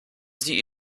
sie